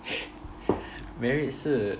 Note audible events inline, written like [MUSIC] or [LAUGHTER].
[LAUGHS] merit 是